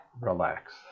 relax